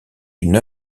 une